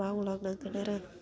मावलांनांगोन आरो